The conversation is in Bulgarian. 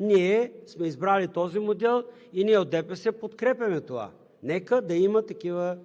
ние сме избрали този модел и ние от ДПС подкрепяме това – нека да има такива